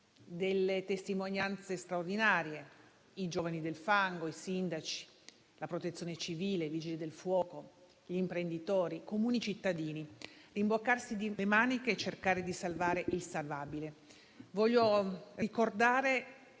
delle testimonianze straordinarie: i giovani del fango, i sindaci, la Protezione civile, i Vigili del fuoco, gli imprenditori, i comuni cittadini rimboccarsi le maniche e cercare di salvare il salvabile. Voglio ricordare